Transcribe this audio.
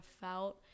felt